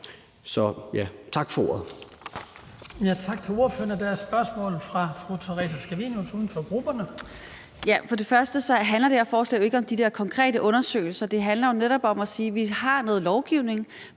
Tak for ordet.